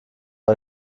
der